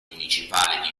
municipale